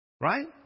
Right